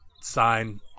sign